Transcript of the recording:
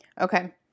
Okay